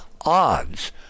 odds